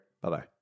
bye-bye